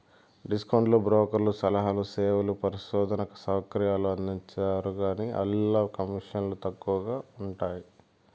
discount బ్రోకర్లు సలహాలు, సేవలు, పరిశోధనా సౌకర్యాలు అందించరుగాన, ఆల్ల కమీసన్లు తక్కవగా ఉంటయ్యి